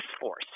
force